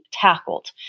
tackled